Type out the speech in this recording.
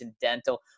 Dental